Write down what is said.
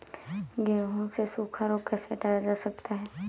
गेहूँ से सूखा रोग कैसे हटाया जा सकता है?